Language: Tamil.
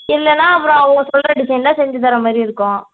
இல்லைன்னா அப்புறம் அவங்க சொல்கிற டிசைனில் செஞ்சுத்தர மாதிரி இருக்கும்